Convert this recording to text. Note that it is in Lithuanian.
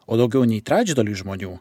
o daugiau nei trečdaliui žmonių